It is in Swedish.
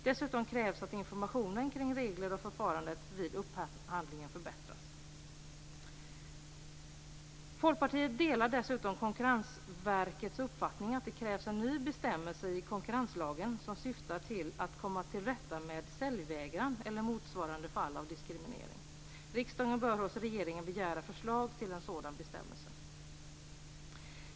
Dessutom krävs att informationen kring regler och förfarandet vid upphandlingen förbättras. Folkpartiet delar dessutom Konkurrensverkets uppfattning att det krävs en ny bestämmelse i konkurrenslagen som syftar till att komma till rätta med säljvägran eller motsvarande fall av diskriminering. Riksdagen bör hos regeringen begära förslag till en sådan bestämmelse.